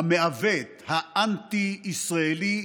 המעוות, האנטי-ישראלי,